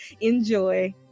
enjoy